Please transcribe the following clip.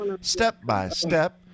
Step-by-step